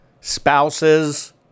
spouses